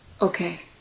Okay